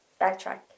backtrack